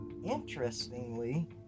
Interestingly